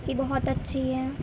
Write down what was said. کہ بہت اچّھی ہے